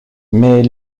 mais